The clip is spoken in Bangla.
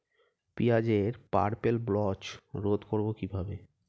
পেঁয়াজের পার্পেল ব্লচ রোধ করবো কিভাবে?